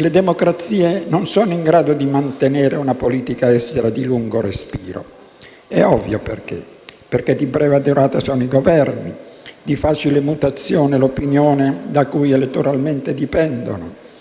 le democrazie non sono in grado di mantenere una politica estera di lungo respiro. È ovvio perché: perché di breve durata sono i Governi e di facile mutazione l'opinione da cui elettoralmente dipendono.